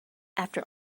after